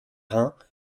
reins